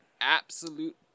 absolute